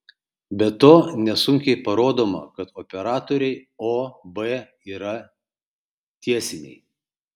be to nesunkiai parodoma kad operatoriai o b yra tiesiniai